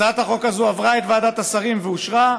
הצעת החוק הזו עברה את ועדת השרים ואושרה,